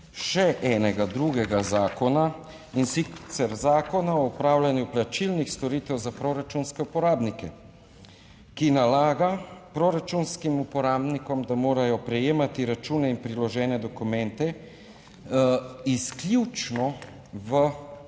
še enega drugega zakona, in sicer Zakona o opravljanju plačilnih storitev za proračunske uporabnike, ki nalaga proračunskim uporabnikom, da morajo prejemati račune in priložene dokumente izključno v